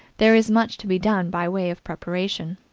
there is much to be done by way of preparation.